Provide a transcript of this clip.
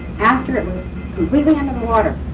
after it was completely under water,